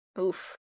Oof